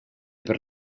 per